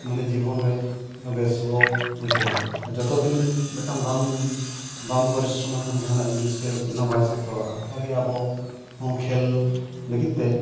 ᱢᱚᱱᱮ ᱡᱤᱵᱚᱱ ᱨᱮ ᱵᱮᱥ ᱵᱚᱱ ᱵᱩᱡᱷᱟᱹᱣᱟ ᱟᱨ ᱡᱚᱛᱚ ᱫᱤᱱ ᱞᱮᱠᱟ ᱵᱟᱢ ᱵᱟᱢ ᱯᱚᱨᱤᱥᱨᱚᱢ ᱞᱮᱠᱷᱟᱱ ᱡᱟᱦᱟᱱᱟᱜ ᱡᱤᱱᱤᱥ ᱜᱮ ᱪᱮᱫ ᱦᱚᱸ ᱵᱟᱭ ᱥᱚᱯᱷᱚᱞᱚᱜᱼᱟ ᱚᱱᱠᱟᱜᱮ ᱟᱵᱚ ᱦᱚᱸ ᱠᱷᱮᱞ ᱞᱟᱹᱜᱤᱫ ᱛᱮ